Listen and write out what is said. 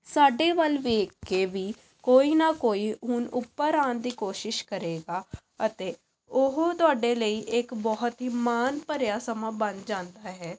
ਸਾਡੇ ਵੱਲ ਵੇਖ ਕੇ ਵੀ ਕੋਈ ਨਾ ਕੋਈ ਹੁਣ ਉੱਪਰ ਆਉਣ ਦੀ ਕੋਸ਼ਿਸ਼ ਕਰੇਗਾ ਅਤੇ ਉਹ ਤੁਹਾਡੇ ਲਈ ਇੱਕ ਬਹੁਤ ਹੀ ਮਾਣ ਭਰਿਆ ਸਮਾਂ ਬਣ ਜਾਂਦਾ ਹੈ